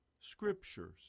scriptures